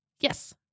Yes